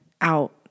out